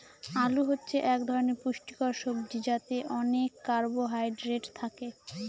আলু হচ্ছে এক ধরনের পুষ্টিকর সবজি যাতে অনেক কার্বহাইড্রেট থাকে